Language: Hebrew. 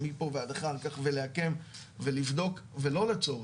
מפה עד אחר כך ולעקם ולבדוק ולא לצורך,